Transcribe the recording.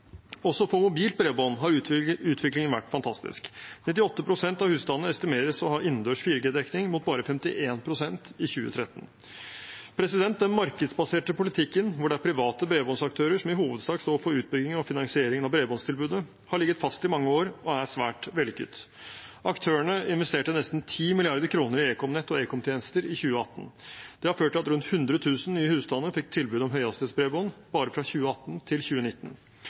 Også for mobilt bredbånd har utviklingen vært fantastisk: 98 pst. av husstandene estimeres å ha innendørs 4G-dekning, mot bare 51 pst. i 2013. Den markedsbaserte politikken hvor det er private bredbåndsaktører som i hovedsak står for utbyggingen og finansieringen av bredbåndstilbudet, har ligget fast i mange år og er svært vellykket. Aktørene investerte nesten 10 mrd. kr i ekomnett og ekomtjenester i 2018. Det har ført til at rundt 100 000 nye husstander fikk tilbud om høyhastighetsbredbånd bare fra 2018 til 2019.